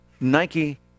Nike